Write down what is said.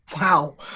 Wow